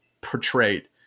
portrayed